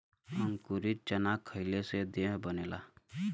अंकुरित चना खईले से देह बनेला